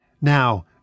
Now